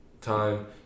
time